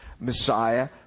Messiah